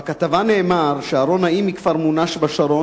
בכתבה נאמר שאהרן נעים מכפר-מונש שבשרון